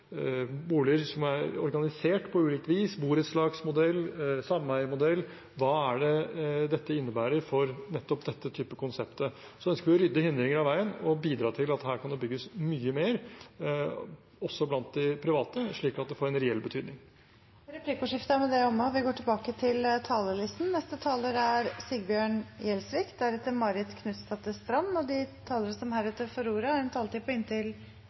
dette innebærer for nettopp den typen konsept? Vi ønsker å rydde hindringer av veien og bidra til at det kan bygges mye mer også blant de private, slik at det får en reell betydning. Replikkordskiftet er omme. De talere som heretter får ordet, har også en taletid på inntil 3 minutter. Senterpartiet er opptatt av at det skal være mulig å bo, arbeide og leve et godt liv i hele Norge. Skal vi klare det, må en